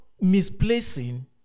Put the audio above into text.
misplacing